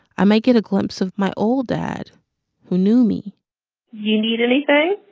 i might get a glimpse of my old dad who knew me you need anything?